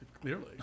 Clearly